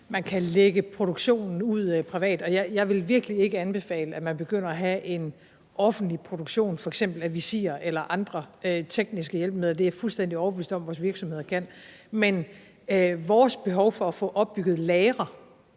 man kan lægge produktionen ud privat. Jeg vil virkelig ikke anbefale, at man begynder at have en offentlig produktion af f.eks. visirer eller andre tekniske hjælpemidler. Det er jeg fuldstændig overbevist om at vores virksomheder kan. Men vores behov for at få opbygget lagre,